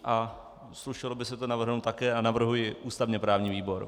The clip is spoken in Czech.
A slušelo by se navrhnout také a navrhuji ústavněprávní výbor.